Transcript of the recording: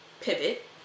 pivot